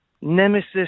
nemesis